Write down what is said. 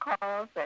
calls